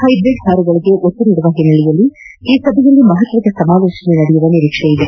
hybrid ಕಾರುಗಳಿಗೆ ಒತ್ತು ನೀಡುವ ಹಿನ್ನೆಲೆಯಲ್ಲಿ ಈ ಸಭೆಯಲ್ಲಿ ಮಹತ್ವದ ಸಮಾಲೋಚನೆ ನಡೆಯುವ ನಿರೀಕ್ಷೆ ಇದೆ